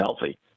healthy